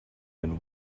and